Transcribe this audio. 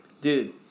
Dude